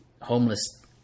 homeless